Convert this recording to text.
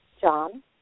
John